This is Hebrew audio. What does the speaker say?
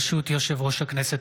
ברשות יושב-ראש הכנסת,